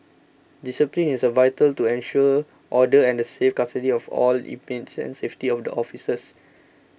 discipline is vital to ensure order and the safe custody of all inmates and safety of the officers